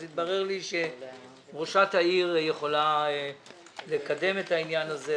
אז התברר לי שראשת העיר יכולה לקדם את העניין הזה,